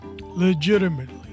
legitimately